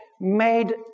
made